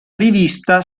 rivista